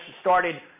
started